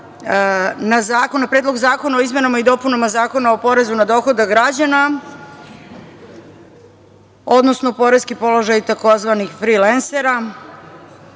na Predlog zakona o izmenama i dopunama Zakona o porezu na dohodak građana, odnosno poreski položaj tzv. frilensera.